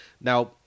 Now